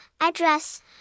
address